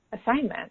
assignment